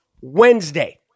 Wednesday